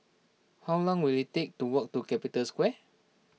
how long will it take to walk to Capital Square